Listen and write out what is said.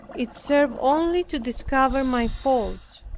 it served only to discover my faults,